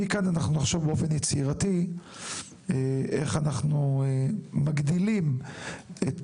מכאן אנחנו נחשוב באופן יצירתי איך אנחנו מגדילים את